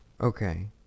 Okay